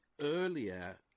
earlier